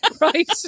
right